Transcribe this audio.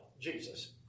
Jesus